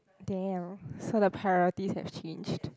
there so the priorities have changed